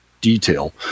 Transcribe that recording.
detail